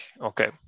Okay